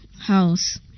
house